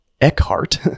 Eckhart